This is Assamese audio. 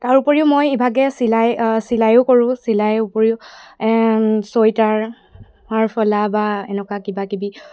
তাৰ উপৰিও মই ইভাগে চিলাই চিলাইও কৰোঁ চিলাই উপৰিও চুৱেটাৰ মাৰ ফলা বা এনেকুৱা কিবা কিবি